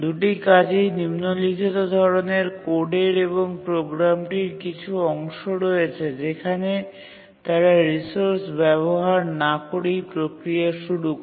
দুটি কাজেই নিম্নলিখিত ধরণের কোডের এবং প্রোগ্রামটির কিছু অংশ রয়েছে যেখানে তারা রিসোর্স ব্যবহার না করেই প্রক্রিয়া শুরু করে